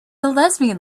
lesbian